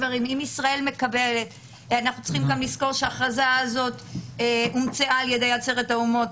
לזכור שההכרזה הזאת הומצאה על ידי עצרת האומות